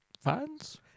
fans